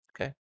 okay